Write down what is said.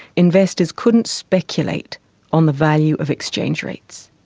investors couldn't speculate on the value of exchange rates.